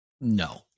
No